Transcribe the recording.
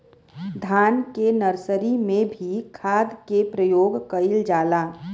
धान के नर्सरी में भी खाद के प्रयोग कइल जाला?